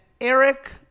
Eric